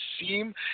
seem